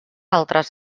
altres